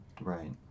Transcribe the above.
Right